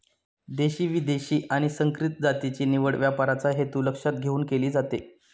देशी, विदेशी आणि संकरित जातीची निवड व्यापाराचा हेतू लक्षात घेऊन केली जाते